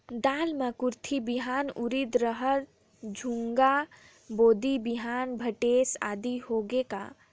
दाल मे कुरथी बिहान, उरीद, रहर, झुनगा, बोदी बिहान भटेस आदि होगे का?